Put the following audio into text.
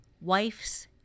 wife's